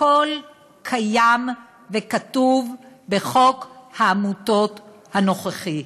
הכול קיים וכתוב בחוק העמותות הנוכחי.